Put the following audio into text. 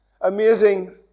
amazing